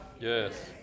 Yes